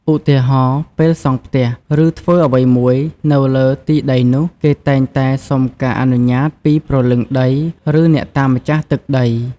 ឧទាហរណ៍ ពេលសង់ផ្ទះ ឬធ្វើអ្វីមួយនៅលើទីដីនោះ គេតែងតែសុំការអនុញ្ញាតពីព្រលឹងដីឬអ្នកតាម្ចាស់ទឹកដី។